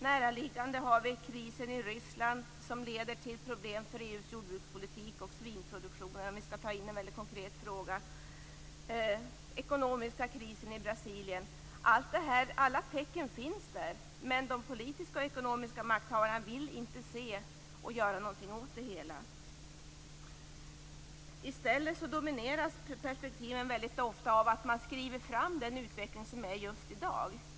Näraliggande finns krisen i Ryssland, som i dess förlängning leder till problem med EU:s jordbrukspolitik och svinproduktion - ett exempel på en konkret fråga. Där finns också den ekonomiska krisen i Brasilien. Alla tecken finns där. Men de politiska och ekonomiska makthavarna vill inte se och göra någonting åt det hela. I stället domineras perspektiven ofta av att man skriver fram den utveckling som sker just i dag.